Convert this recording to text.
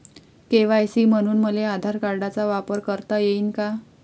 KYC म्हनून मले आधार कार्डाचा वापर करता येईन का?